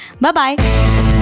Bye-bye